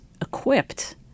equipped